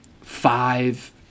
five